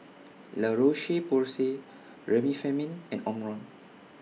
La Roche Porsay Remifemin and Omron